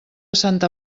santa